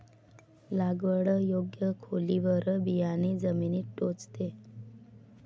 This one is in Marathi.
लागवड योग्य खोलीवर बियाणे जमिनीत टोचते